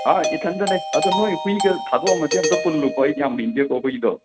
ꯏꯊꯟꯗꯅꯦ ꯑꯗꯣ ꯅꯣꯏ ꯍꯨꯏꯒ ꯊꯥꯗꯣꯛꯑꯃꯗꯤ ꯑꯃꯨꯛꯇ ꯄꯨꯜꯂꯨꯀꯣ ꯑꯩꯗꯤ ꯌꯥꯝꯅ ꯍꯩꯅꯗꯦꯀꯣ ꯍꯨꯏꯗꯣ